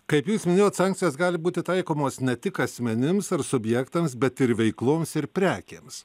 kaip jūs minėjot sankcijos gali būti taikomos ne tik asmenims ar subjektams bet ir veikloms ir prekėms